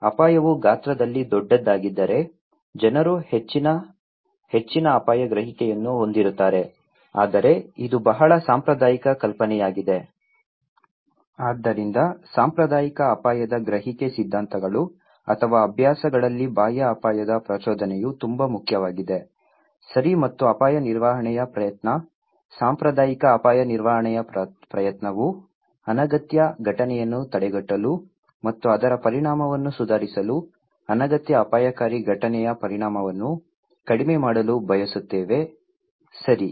ಅಪಾಯವು ಗಾತ್ರದಲ್ಲಿ ದೊಡ್ಡದಾಗಿದ್ದರೆ ಜನರು ಹೆಚ್ಚಿನ ಹೆಚ್ಚಿನ ಅಪಾಯದ ಗ್ರಹಿಕೆಯನ್ನು ಹೊಂದಿರುತ್ತಾರೆ ಆದರೆ ಇದು ಈಗ ಬಹಳ ಸಾಂಪ್ರದಾಯಿಕ ಕಲ್ಪನೆಯಾಗಿದೆ ಆದ್ದರಿಂದ ಸಾಂಪ್ರದಾಯಿಕ ಅಪಾಯದ ಗ್ರಹಿಕೆ ಸಿದ್ಧಾಂತಗಳು ಅಥವಾ ಅಭ್ಯಾಸಗಳಲ್ಲಿ ಬಾಹ್ಯ ಅಪಾಯದ ಪ್ರಚೋದನೆಯು ತುಂಬಾ ಮುಖ್ಯವಾಗಿದೆ ಸರಿ ಮತ್ತು ಅಪಾಯ ನಿರ್ವಹಣೆಯ ಪ್ರಯತ್ನ ಸಾಂಪ್ರದಾಯಿಕ ಅಪಾಯ ನಿರ್ವಹಣಾ ಪ್ರಯತ್ನವು ಅನಗತ್ಯ ಘಟನೆಯನ್ನು ತಡೆಗಟ್ಟಲು ಮತ್ತು ಅದರ ಪರಿಣಾಮವನ್ನು ಸುಧಾರಿಸಲು ಅನಗತ್ಯ ಅಪಾಯಕಾರಿ ಘಟನೆಯ ಪರಿಣಾಮವನ್ನು ಕಡಿಮೆ ಮಾಡಲು ಬಯಸುತ್ತೇವೆ ಸರಿ